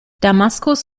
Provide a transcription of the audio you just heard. damaskus